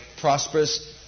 prosperous